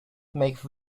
make